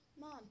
Mom